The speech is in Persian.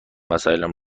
وسایلم